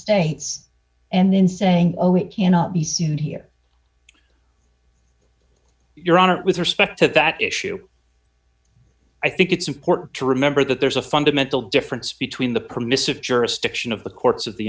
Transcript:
states and then saying oh it cannot be seen here your honor with respect to that issue i think it's important to remember that there's a fundamental difference between the permissive jurisdiction of the courts of the